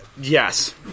Yes